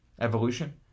evolution